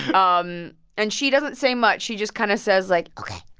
um and she doesn't say much. she just kind of says, like, ok.